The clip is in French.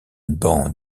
banc